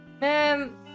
Man